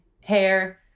hair